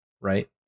Right